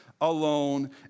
alone